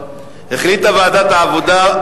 החליטה ועדת העבודה,